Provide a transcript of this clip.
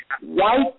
White